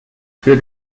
für